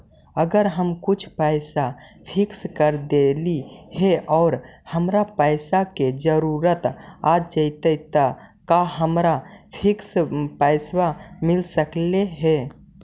अगर हम कुछ पैसा फिक्स कर देली हे और हमरा पैसा के जरुरत आ जितै त का हमरा फिक्स पैसबा मिल सकले हे?